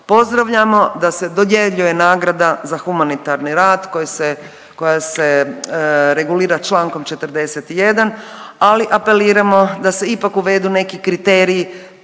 pozdravljamo da se dodjeljuje nagrada za humanitarni rad koji se, koja se regulira Člankom 41., ali apeliramo da se ipak uvedu neki kriteriji